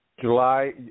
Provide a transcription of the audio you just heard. July –